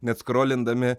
net skrolindami